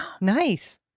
Nice